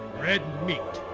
red meat.